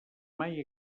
mai